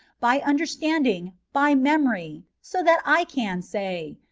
by understanding, by memory, so that i can say,